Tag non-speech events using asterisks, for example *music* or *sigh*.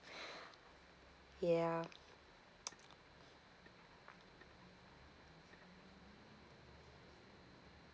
*breath* ya *noise*